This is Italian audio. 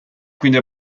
quindi